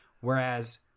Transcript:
Whereas